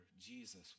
Jesus